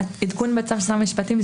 עדכון בצו שר המשפטים,